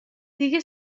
دیگه